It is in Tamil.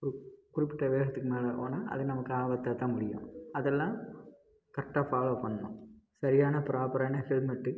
ஒரு குறிப்பிட்ட வேகத்துக்கு மேலே போனால் அது நமக்கு ஆபத்தாக தான் முடியும் அதெல்லாம் கரெக்டாக ஃபாலோவ் பண்ணும் சரியான ப்ராப்பரான ஹெல்மெட்டு